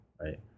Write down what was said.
right